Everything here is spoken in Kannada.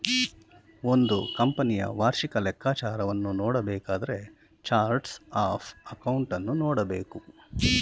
ಒಂದು ಕಂಪನಿಯ ವಾರ್ಷಿಕ ಲೆಕ್ಕಾಚಾರವನ್ನು ನೋಡಬೇಕಾದರೆ ಚಾರ್ಟ್ಸ್ ಆಫ್ ಅಕೌಂಟನ್ನು ನೋಡಬೇಕು